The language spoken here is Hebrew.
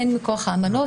הן מכוח האמנות,